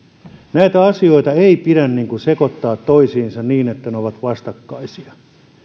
näitä asioita ei pidä sekoittaa toisiinsa niin että ne ovat vastakkaisia